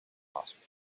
possible